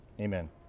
Amen